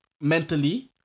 mentally